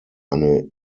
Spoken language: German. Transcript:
eine